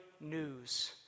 news